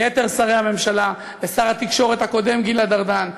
ליתר שרי הממשלה: לשר התקשורת הקודם גלעד ארדן,